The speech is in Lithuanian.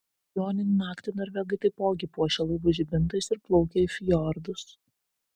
joninių naktį norvegai taipogi puošia laivus žibintais ir plaukia į fjordus